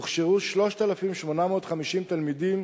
הוכשרו 3,850 תלמידים